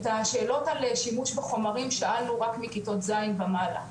את השאלות על שימוש בחומרים שאלנו רק מכיתות ז' ומעלה,